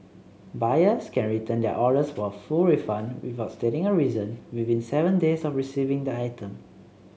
buyers can return their orders for a full refund without stating a reason within seven days of receiving the item